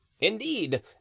indeed